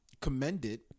commended